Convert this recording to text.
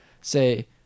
say